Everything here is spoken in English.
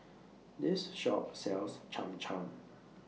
This Shop sells Cham Cham